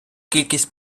кількість